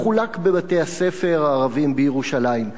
מחולק בבתי-הספר הערביים בירושלים.